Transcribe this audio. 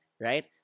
right